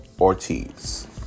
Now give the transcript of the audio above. Ortiz